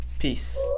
Peace